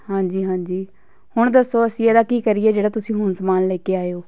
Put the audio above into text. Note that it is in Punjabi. ਹਾਂਜੀ ਹਾਂਜੀ ਹੁਣ ਦੱਸੋ ਅਸੀਂ ਇਹਦਾ ਕੀ ਕਰੀਏ ਜਿਹੜਾ ਤੁਸੀਂ ਹੁਣ ਸਮਾਨ ਲੈ ਕੇ ਆਏ ਹੋ